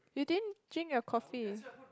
you didn't drink your coffee